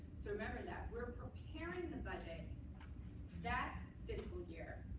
so remember that we're preparing the budget that fiscal year,